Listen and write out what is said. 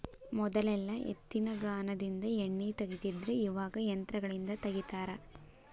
ಮೊದಲೆಲ್ಲಾ ಎತ್ತಿನಗಾನದಿಂದ ಎಣ್ಣಿ ತಗಿತಿದ್ರು ಇವಾಗ ಯಂತ್ರಗಳಿಂದ ತಗಿತಾರ